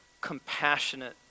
compassionate